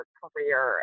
career